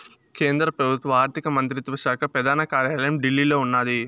కేంద్ర పెబుత్వ ఆర్థిక మంత్రిత్వ శాక పెదాన కార్యాలయం ఢిల్లీలో ఉన్నాది